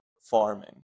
farming